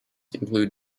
include